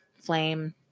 flame